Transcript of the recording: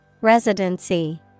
Residency